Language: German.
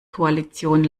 koalition